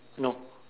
no